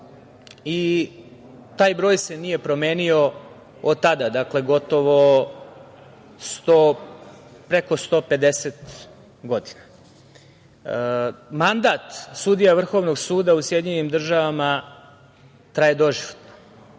Taj broj se nije promenio od tada, dakle gotovo preko 150 godina. Mandat sudija Vrhovnog suda u SAD-u traje doživotno,